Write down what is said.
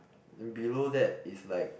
and below that is like